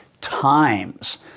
times